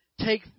take